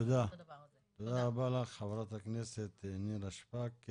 תודה רבה לך, חברת הכנסת נירה שפק.